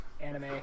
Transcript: anime